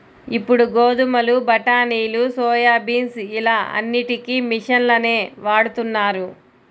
ఇప్పుడు గోధుమలు, బఠానీలు, సోయాబీన్స్ ఇలా అన్నిటికీ మిషన్లనే వాడుతున్నారు